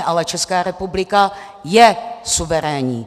Ale Česká republika je suverénní.